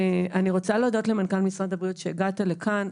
אני רוצה להודות למנכ"ל משרד הבריאות שהגעת לכאן.